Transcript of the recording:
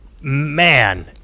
Man